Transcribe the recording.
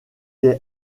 est